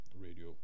radio